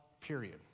period